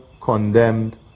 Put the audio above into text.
condemned